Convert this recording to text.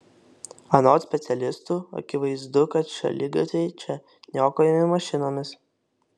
anot specialistų akivaizdu kad šaligatviai čia niokojami mašinomis